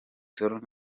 sol